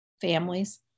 families